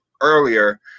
earlier